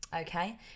okay